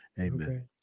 amen